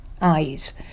eyes